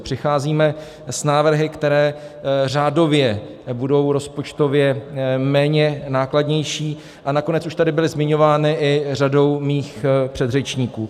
Přicházíme s návrhy, které řádově budou rozpočtově méně nákladné, a nakonec už tady byly zmiňovány i řadou mých předřečníků.